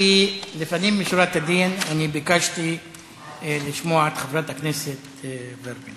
כי לפנים משורת הדין אני ביקשתי לשמוע את חברת הכנסת ורבין.